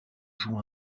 joue